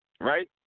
Right